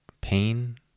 pain